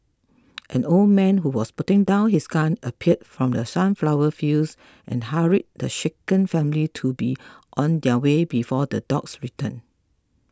an old man who was putting down his gun appeared from the sunflower fields and hurried the shaken family to be on their way before the dogs return